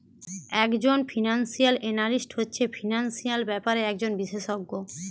একজন financial analyst হচ্ছে financial ব্যাপারে একজন বিশেষজ্ঞ